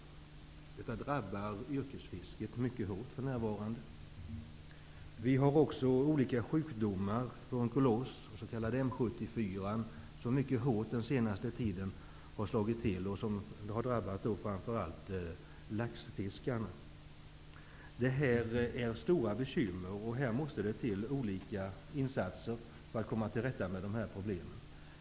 Detta drabbar yrkesfisket mycket hårt för närvarande. Det finns också olika sjukdomar. Sjukdomen M 74 har slagit mycket hårt under den senaste tiden. Den har framför allt drabbat laxfiskarna. Detta innebär stora bekymmer, och här krävs olika insatser för att komma till rätta med problemen.